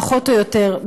פחות או יותר,